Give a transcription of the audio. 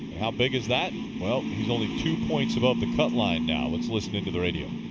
how big is that? well, he's only two points above the cut line now. let's listen in to the radio.